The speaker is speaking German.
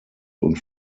und